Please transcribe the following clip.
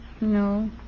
No